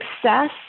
success